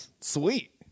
sweet